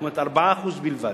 זאת אומרת ב-4% בלבד.